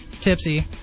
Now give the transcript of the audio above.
tipsy